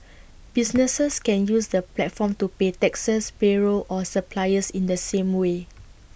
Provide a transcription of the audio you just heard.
businesses can use the platform to pay taxes payroll or suppliers in the same way